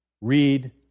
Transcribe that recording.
read